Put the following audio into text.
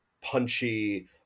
punchy